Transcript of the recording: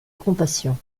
compassion